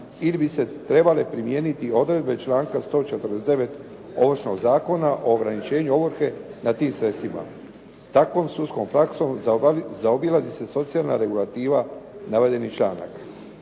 ili bi se trebale primijeniti odredbe članka 149. Ovršnog zakona o ograničenju ovrhe nad tim sredstvima. Takvom sudskom praksom zaobilazi se socijalna regulativa navedenih članaka.